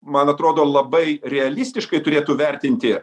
man atrodo labai realistiškai turėtų vertinti